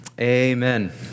amen